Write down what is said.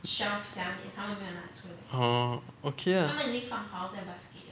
oh okay lah